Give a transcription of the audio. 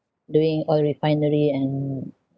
doing oil refinery and